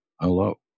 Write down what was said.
Hello